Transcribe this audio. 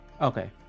okay